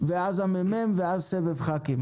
ואז הממ"מ ואז סבב חברי כנסת.